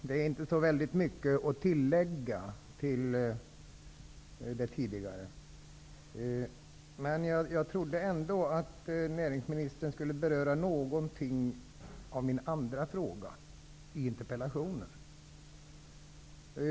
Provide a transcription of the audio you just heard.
Herr talman! Jag har inte så mycket att tillägga till det som tidigare har sagts. Jag trodde ändå att näringsministern något skulle beröra min andra fråga i interpellationen.